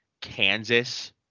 Kansas